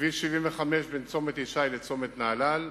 כביש 75 בין צומת ישי לצומת נהלל,